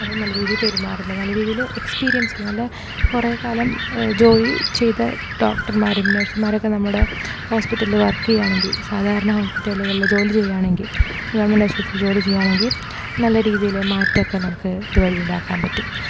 അപ്പോൾ നല്ല രീതിയിൽ പെരുമാറുന്ന നല്ല രീതിയിൽ എക്സ്പീരിയൻസ് നല്ല കുറേക്കാലം ജോലി ചെയ്ത ഡോക്ടർമാരും നഴ്സുമാരൊക്കെ നമ്മുടെ ഹോസ്പിറ്റല് വർക്ക് ചെയ്യുകയാണെങ്കിൽ സാധാരണ ഹോസ്പിറ്റലുകളിൽ ജോലി ചെയ്യുകയാണെങ്കിൽ ഗവൺമെൺറ്റ് ആശുപത്രി ജോലി ചെയ്യുകയാണെങ്കിൽ നല്ല രീതിയില് മറ്റമൊക്കെ നമുക്ക് ഇതുവഴി ഉണ്ടാക്കാൻ പറ്റും